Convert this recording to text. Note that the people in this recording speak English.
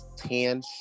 Tan